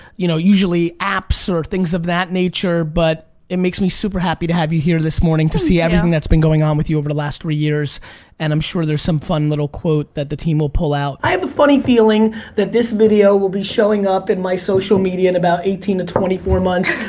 you know usually apps or things of that nature but it makes me super happy to have you here this morning to see everything that's been going on with you over the last three years and i'm sure there's some fun little quote that the team will pull out. i have a funny feeling that this video will be showing up in my social media in about eighteen to twenty four months.